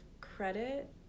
credit